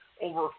over